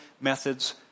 methods